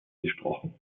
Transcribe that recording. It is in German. gesprochen